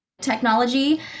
technology